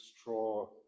straw